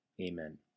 Amen